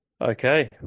Okay